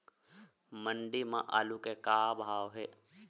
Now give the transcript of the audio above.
मंडी म आलू के का भाव हे?